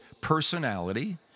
personality